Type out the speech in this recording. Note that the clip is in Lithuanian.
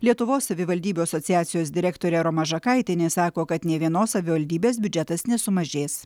lietuvos savivaldybių asociacijos direktorė roma žakaitienė sako kad nė vienos savivaldybės biudžetas nesumažės